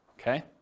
okay